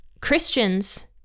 Christians